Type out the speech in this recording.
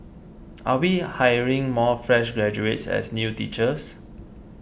are we hiring more fresh graduates as new teachers